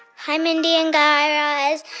hi, mindy and guy raz.